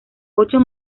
ocho